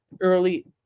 early